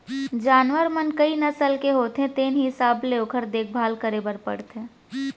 जानवर मन कई नसल के होथे तेने हिसाब ले ओकर देखभाल करे बर परथे